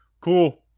Cool